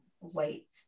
wait